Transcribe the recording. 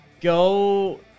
go